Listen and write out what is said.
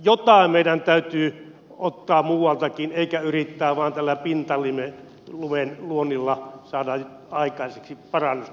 jotain meidän täytyy ottaa muualtakin eikä yrittää vain tällä pintalumen luonnilla saada aikaiseksi parannusta